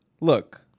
Look